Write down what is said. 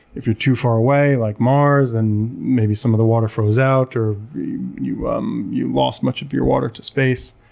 if you're too far away like mars, and maybe some of the water froze out, you um you lost much of your water to space.